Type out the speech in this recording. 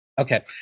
Okay